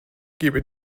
gebe